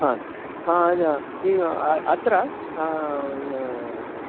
हा अत्र